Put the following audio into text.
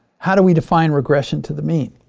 how do we define regression to the mean?